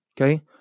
Okay